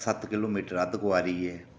सत्त किलोमीटर अर्द्धकुंवारी ऐ